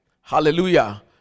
hallelujah